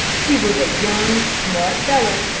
he was a young, smart fellow,